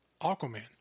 Aquaman